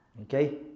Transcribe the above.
Okay